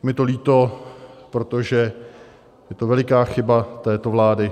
Je mi to líto, protože je to veliká chyba této vlády.